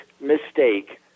mistake